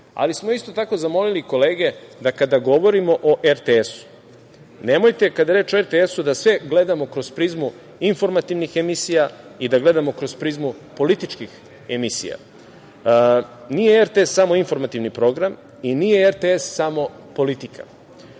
isto tako, zamolili smo kolege da kada govorimo o RTS-u, nemojte kada je reč o RTS-u da sve gledamo kroz prizmu informativnih emisija i da gledamo kroz prizmu političkih emisija. Nije RTS samo informativni program i nije RTS samo politika.